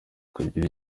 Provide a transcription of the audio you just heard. kugira